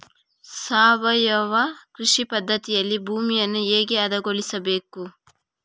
ಸಾವಯವ ಕೃಷಿ ಪದ್ಧತಿಯಲ್ಲಿ ಭೂಮಿಯನ್ನು ಹೇಗೆ ಹದಗೊಳಿಸಬೇಕು?